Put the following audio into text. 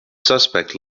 suspect